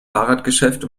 fahrradgeschäft